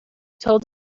told